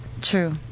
True